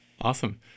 Awesome